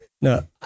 No